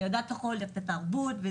אני מכירה את התרבות,